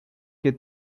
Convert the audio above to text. que